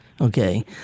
okay